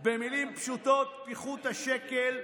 במילים פשוטות, פיחות השקל.